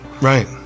right